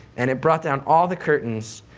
and it brought down all the curtains,